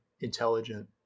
intelligent